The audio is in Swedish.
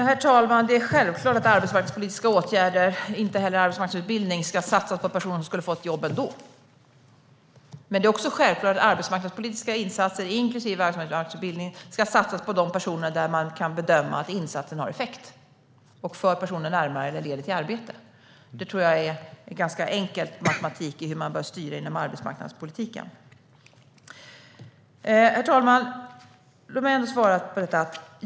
Herr talman! Det är självklart att arbetsmarknadspolitiska åtgärder och arbetsmarknadsutbildning inte ska satsas på personer som skulle ha fått jobb ändå. Men det är också självklart att arbetsmarknadspolitiska insatser, inklusive arbetsmarknadsutbildning, ska satsas på de personer där man kan bedöma att insatserna har effekt. Det handlar om att insatserna ska leda till arbete eller föra personer närmare arbete. Det tror jag är en ganska enkel matematik i fråga om hur man bör styra inom arbetsmarknadspolitiken. Herr talman! Låt mig ändå svara på detta.